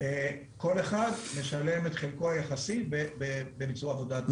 כל אחד משלם את חלקו היחסי בביצוע עבודת המדרוג.